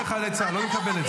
חיילי צה"ל --- אתה לא תגיד.